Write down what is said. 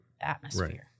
atmosphere